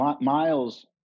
Miles